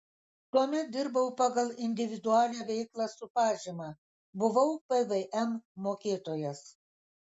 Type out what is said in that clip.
tuomet dirbau pagal individualią veiklą su pažyma buvau pvm mokėtojas